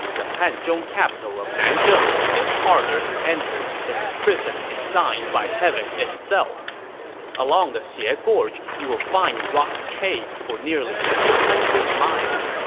the hanzhong capital of nanzheng is harder to enter than a prison designed by heaven itself along the xie ah gorge you will find rock caves for nearly two hundred miles.